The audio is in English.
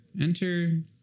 enter